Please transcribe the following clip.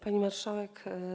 Pani Marszałek!